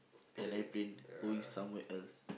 an airplane going somewhere else